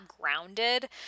grounded